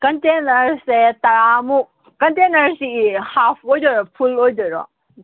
ꯀꯟꯇꯦꯟꯅꯔꯁꯦ ꯇꯔꯥꯃꯨꯛ ꯀꯟꯇꯦꯟꯅꯔꯁꯤ ꯍꯥꯐ ꯑꯣꯏꯗꯣꯏꯔꯣ ꯐꯨꯜ ꯑꯣꯏꯗꯣꯏꯔꯣ